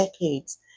decades